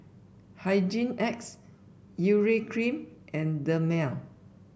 Hygin X Urea Cream and Dermale